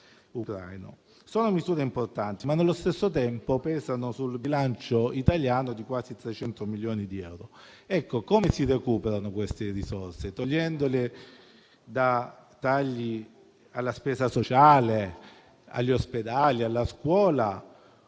sono misure importanti, ma, nello stesso tempo, pesano sul bilancio italiano per quasi 300 milioni di euro. Come si recuperano queste risorse? Attraverso tagli alla spesa sociale, agli ospedali, alla scuola